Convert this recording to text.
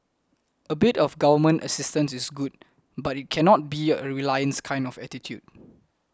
a bit of Government assistance is good but it cannot be a reliance kind of attitude